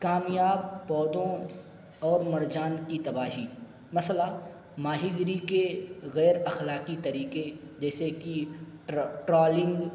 کامیاب پودوں اور مرجان کی تباہی مثلا ماہی گیری کے غیر اخلاقی طریقے جیسے کہ ٹرالنگ